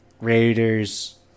Raiders